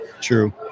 True